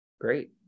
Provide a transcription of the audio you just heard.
Great